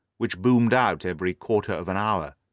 which boomed out every quarter of an hour.